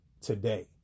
today